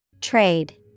Trade